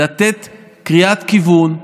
לתת קריאת כיוון.